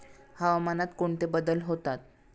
हवामानात कोणते बदल होतात?